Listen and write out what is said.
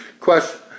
Question